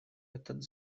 этот